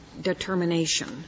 determination